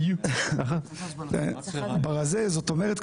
זאת אומרת,